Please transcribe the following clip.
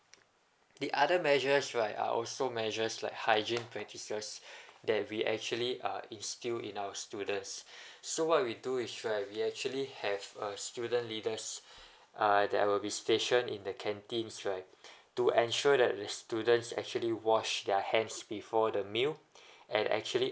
the other measures right are also measures like hygiene practices that we actually uh instill in our students so what we do is right we actually have uh student leaders uh they will be stationed in the canteens right to ensure that the students actually wash their hands before the meal and actually